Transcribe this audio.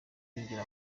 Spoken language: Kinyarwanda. mbwira